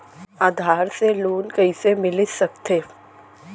आधार से लोन कइसे मिलिस सकथे?